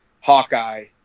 Hawkeye